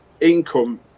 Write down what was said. income